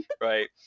right